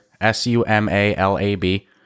S-U-M-A-L-A-B